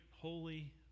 holy